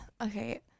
Okay